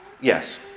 yes